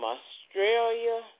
Australia